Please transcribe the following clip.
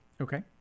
Okay